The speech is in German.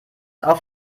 auf